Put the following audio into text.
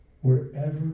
wherever